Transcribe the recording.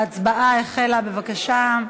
ההצבעה החלה, בבקשה.